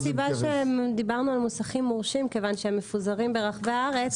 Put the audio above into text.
זו הסיבה שדיברנו על מוסכים מורשים כיוון שהם מפוזרים ברחבי הארץ,